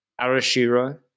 Arashiro